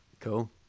Cool